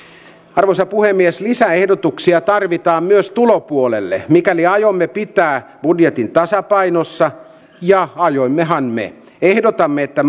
arvoisa puhemies lisäehdotuksia tarvitaan myös tulopuolelle mikäli aiomme pitää budjetin tasapainossa ja aiommehan me ehdotamme että